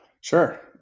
Sure